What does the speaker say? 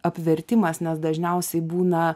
apvertimas nes dažniausiai būna